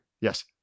Yes